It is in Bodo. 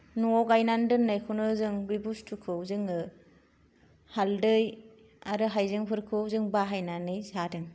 न' आव गायनानै दोननायखौनो जों बे बुस्तुखौ जोङो हालदै आरो हाइजेंफोरखौ जों बाहायनानै जादों